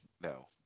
no